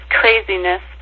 craziness